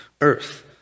earth